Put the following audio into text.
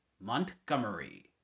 Montgomery